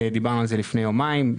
דיברנו על זה לפני יומיים,